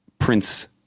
Prince